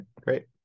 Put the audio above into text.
Great